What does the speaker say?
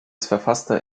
verfasste